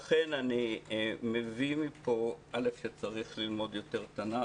לכן אני מבין מפה שצריך ללמוד יותר תנ"ך.